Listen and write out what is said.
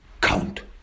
count